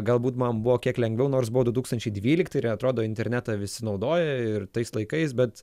galbūt man buvo kiek lengviau nors buvo du tūkstančiai dvylikti ir atrodo internetą visi naudoja ir tais laikais bet